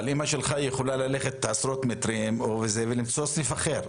אבל אמא שלך יכולה ללכת עשרות מטרים ולמצוא סניף אחר.